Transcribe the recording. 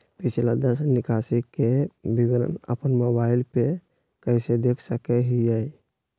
पिछला दस निकासी के विवरण अपन मोबाईल पे कैसे देख सके हियई?